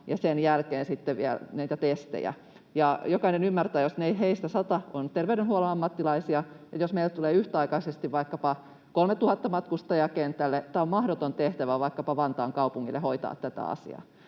ja sen jälkeen sitten vielä näitä testejä, ja jokainen ymmärtää, jos heistä 100 on terveydenhuollon ammattilaisia, että jos meille tulee yhtäaikaisesti vaikkapa 3 000 matkustajaa kentälle, on mahdoton tehtävä vaikkapa Vantaan kaupungille hoitaa tätä asiaa.